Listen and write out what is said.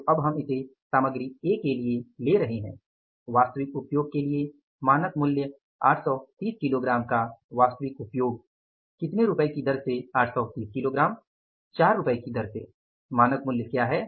तो अब हम इसे सामग्री A के लिए ले रहे हैं वास्तविक उपयोग के लिए मानक मूल्य 830 किलोग्राम का वास्तविक उपयोग कितने रुपये की दर से 830 किलोग्राम 4 रुपये की दर से मानक मूल्य क्या है